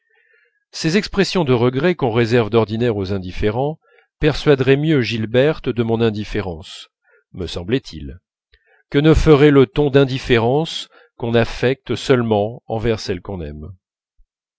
ces expressions de regret qu'on réserve d'ordinaire aux indifférents persuaderaient mieux gilberte de mon indifférence me semblait-il que ne ferait le ton d'indifférence qu'on affecte seulement envers celle qu'on aime